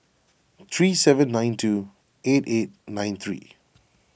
three seven nine two eight eight nine three